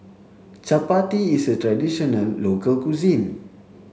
Chappati is a traditional local cuisine